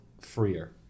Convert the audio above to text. freer